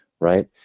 right